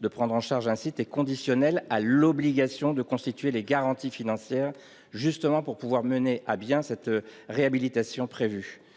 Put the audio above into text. de prendre en charge un site est conditionnée à l'obligation de constituer des garanties financières, justement pour pouvoir mener à bien la réhabilitation prévue,